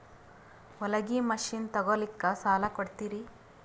ಹೊಲಗಿ ಮಷಿನ್ ತೊಗೊಲಿಕ್ಕ ಸಾಲಾ ಕೊಡ್ತಿರಿ?